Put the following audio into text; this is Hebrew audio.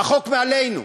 החוק מעלינו.